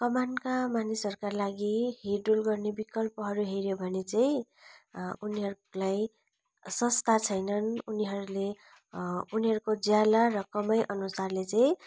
कमानका मानिसहरूका लागि हिँड्डुल गर्ने विकल्पहरू हेऱ्यौँ भने चाहिँ उनीहरूलाई सस्ता छैनन् उनीहरूले उनीहरूको ज्याला र कमाइ अनुसारले चाहिँ